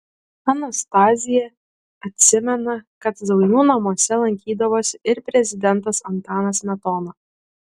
anastazija atsimena kad zaunių namuose lankydavosi ir prezidentas antanas smetona